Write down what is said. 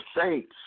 saints